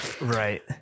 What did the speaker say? Right